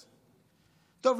טוב,